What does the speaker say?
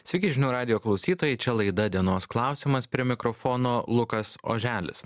sveiki žinių radijo klausytojai čia laida dienos klausimas prie mikrofono lukas oželis